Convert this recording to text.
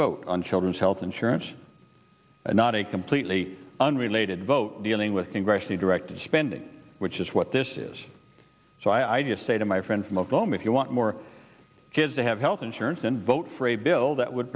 vote on children's health insurance and not a completely unrelated vote dealing with congressional direct spending which is what this is so i just say to my friend from oklahoma if you want more kids to have health insurance then vote for a bill that would